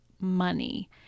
money